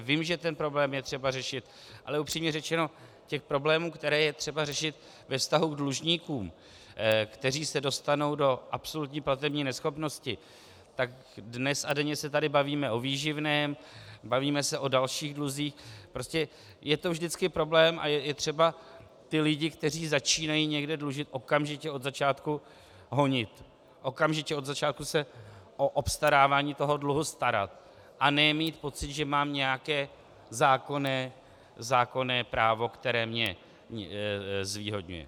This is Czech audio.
Vím, že ten problém je třeba řešit, ale upřímně řečeno těch problémů, které je třeba řešit ve vztahu k dlužníkům, kteří se dostanou do absolutní platební neschopnosti dnes a denně se tady bavíme o výživném, bavíme se o dalších dluzích prostě je to vždycky problém a je třeba lidi, kteří začínají někde dlužit, okamžitě od začátku honit, okamžitě od začátku se o obstarávání toho dluhu starat, a ne mít pocit, že mám nějaké zákonné právo, které mě zvýhodňuje.